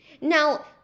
Now